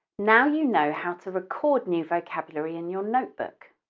now you know how to record new vocabulary in your notebook,